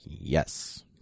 Yes